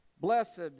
Blessed